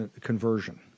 conversion